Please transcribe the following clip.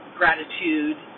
gratitude